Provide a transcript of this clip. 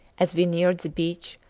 as we neared the beach,